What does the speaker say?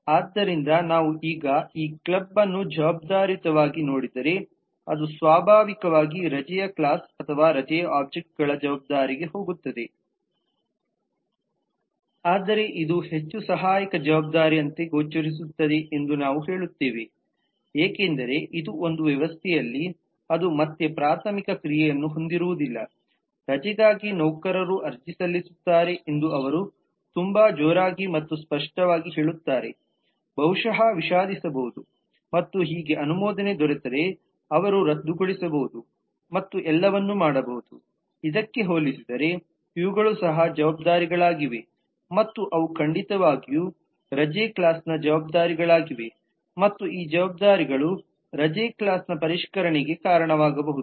ಆದ್ದರಿಂದ ನಾವು ಈಗ ಈ ಕ್ಲಬ್ ಅನ್ನು ಜವಾಬ್ದಾರಿಯುತವಾಗಿ ನೋಡಿದರೆ ಅದು ಸ್ವಾಭಾವಿಕವಾಗಿ ರಜೆ ಕ್ಲಾಸ್ ಅಥವಾ ರಜೆ ಒಬ್ಜೆಕ್ಟ್ಗಳ ಜವಾಬ್ದಾರಿಗೆ ಹೋಗುತ್ತದೆ ಆದರೆ ಇದು ಹೆಚ್ಚು ಸಹಾಯಕ ಜವಾಬ್ದಾರಿಯಂತೆ ಗೋಚರಿಸುತ್ತದೆ ಎಂದು ನಾವು ಹೇಳುತ್ತೇವೆ ಏಕೆಂದರೆ ಇದು ಒಂದು ವ್ಯವಸ್ಥೆಯಲ್ಲಿ ಅದು ಮತ್ತೆ ಪ್ರಾಥಮಿಕ ಕ್ರಿಯೆಯನ್ನು ಹೊಂದಿರುವುದಿಲ್ಲ ರಜೆಗಾಗಿ ನೌಕರರು ಅರ್ಜಿ ಸಲ್ಲಿಸುತ್ತಾರೆ ಎಂದು ಅವರು ತುಂಬಾ ಜೋರಾಗಿ ಮತ್ತು ಸ್ಪಷ್ಟವಾಗಿ ಹೇಳುತ್ತಾರೆ ಬಹುಶಃ ವಿಷಾದಿಸಬಹುದು ಮತ್ತು ಹೀಗೆ ಅನುಮೋದನೆ ದೊರೆತರೆ ಅವರು ರದ್ದುಗೊಳಿಸಬಹುದು ಮತ್ತು ಎಲ್ಲವನ್ನು ಮಾಡಬಹುದು ಇದಕ್ಕೆ ಹೋಲಿಸಿದರೆ ಇವುಗಳು ಸಹ ಜವಾಬ್ದಾರಿಗಳಾಗಿವೆ ಮತ್ತು ಅವು ಖಂಡಿತವಾಗಿಯೂ ರಜೆ ಕ್ಲಾಸ್ನ ಜವಾಬ್ದಾರಿಗಳಾಗಿವೆ ಮತ್ತು ಈ ಜವಾಬ್ದಾರಿಗಳು ರಜೆ ಕ್ಲಾಸ್ನ ಪರಿಷ್ಕರಣೆಗೆ ಕಾರಣವಾಗಬಹುದು